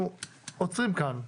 אנחנו עוצרים כאן.